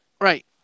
Right